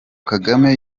kagame